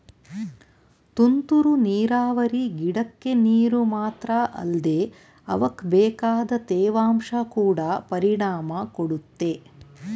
ತುಂತುರು ನೀರಾವರಿ ಗಿಡಕ್ಕೆ ನೀರು ಮಾತ್ರ ಅಲ್ದೆ ಅವಕ್ಬೇಕಾದ ತೇವಾಂಶ ಕೊಡ ಪರಿಣಾಮ ಕೊಡುತ್ತೆ